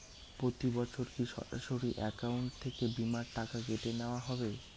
প্রতি বছর কি সরাসরি অ্যাকাউন্ট থেকে বীমার টাকা কেটে নেওয়া হবে?